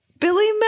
Billy